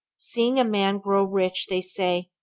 seeing a man grow rich, they say,